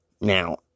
Now